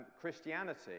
Christianity